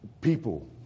people